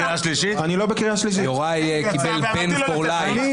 (חבר הכנסת ולדימיר בליאק יוצא מחדר הוועדה.) זה דיון לא לגיטימי.